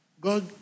God